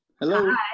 Hello